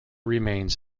remains